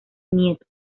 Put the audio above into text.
nietos